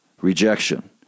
rejection